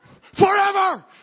Forever